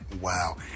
Wow